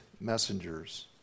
messengers